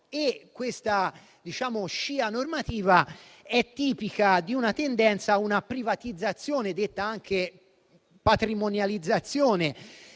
Questa scia normativa è tipica di una tendenza alla privatizzazione, detta anche patrimonializzazione